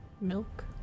Milk